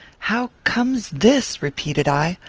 how comes this? repeated i.